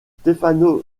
stefano